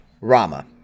Rama